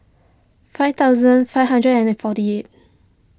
five thousand five hundred and forty eight